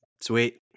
Sweet